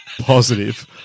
positive